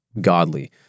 godly